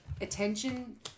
attention